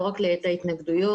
לא רק לעת ההתנגדויות.